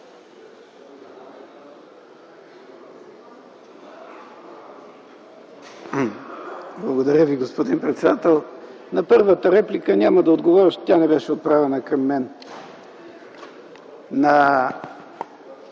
Благодаря Ви, господин председател. На първата реплика няма да отговоря, защото не беше отправена към мен. На